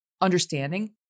understanding